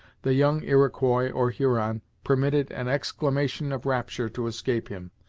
the young iroquois or huron permitted an exclamation of rapture to escape him,